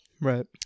Right